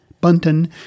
Bunton